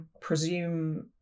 presume